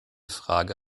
frage